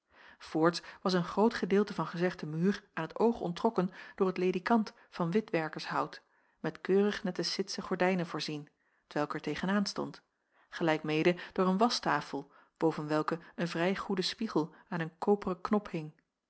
voorts was een groot gedeelte van gezegden muur aan het oog onttrokken door het ledikant van witwerkershout met keurig nette citsche gordijnen voorzien t welk er tegen aan stond gelijk mede door een waschtafel boven welke een vrij goede spiegel aan een koperen knop hing